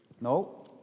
No